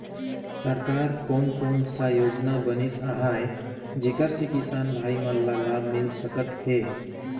सरकार कोन कोन सा योजना बनिस आहाय जेकर से किसान भाई मन ला लाभ मिल सकथ हे?